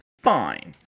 fine